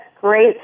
great